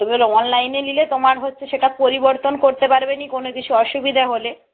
অনলাইনে নিলে তোমার হচ্ছে সেটা পরিবর্তন করতে পারবে না কোনো কিছু অসুবিধে হলে